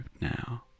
now